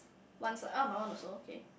once uh my one also okay